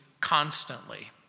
constantly